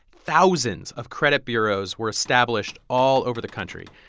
thousands of credit bureaus were established all over the country.